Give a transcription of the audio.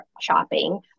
shopping